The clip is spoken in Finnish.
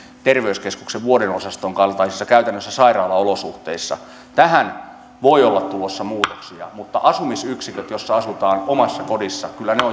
terveyskeskuksen vuodeosaston kaltaisissa käytännössä sairaalaolosuhteissa voi olla tulossa muutoksia mutta asumisyksiköt joissa asutaan omassa kodissa